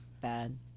bad